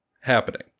happening